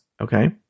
okay